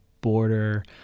border